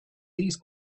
these